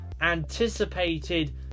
anticipated